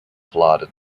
flooded